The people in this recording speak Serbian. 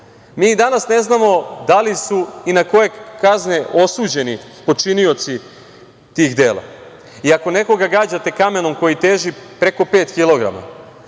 Mi i danas ne znamo da li su i na koje kazne osuđeni počinioci tih dela. Ako nekoga gađate kamenom koji teži preko pet